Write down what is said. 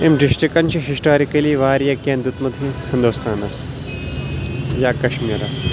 أمۍ ڈِسٹکن چھِ ہِسٹورکٔلی واریاہ کیٚنٛہہ دیُتمُت ہِندُستانَس یا کَشمیٖرَس